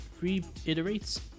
reiterates